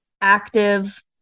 active